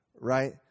right